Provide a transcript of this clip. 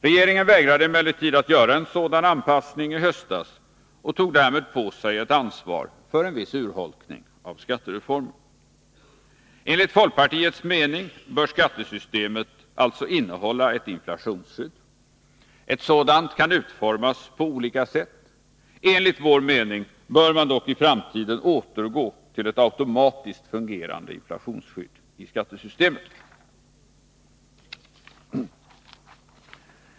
Regeringen vägrade emellertid att göra en sådan anpassning i höstas och tog därmed på sig ett ansvar för en viss urholkning av skattereformen. Enligt folkpartiets mening bör skattesystemet alltså innehålla ett inflationsskydd. Ett sådant kan utformas på olika sätt. Enligt vår mening bör man dock i framtiden återgå till ett automatiskt fungerande inflationsskydd i skattesystemet.